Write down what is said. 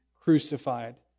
crucified